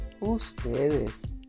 ustedes